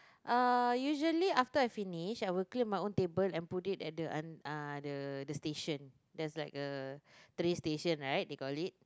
uh usually after I finish I will clear my own table and put it at the un~ uh the the station there is like a tray station right they call it